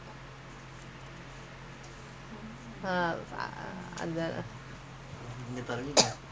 நான்மொதவீடவாங்கணும்அதான்என்னோட:naan motha veeda vaankanum athaan ennoda aim eh ஏன்னா சாவிவண்டிலஅடுத்துஇருக்கும்ல:yeenna saavi vandila aduthu irkkumla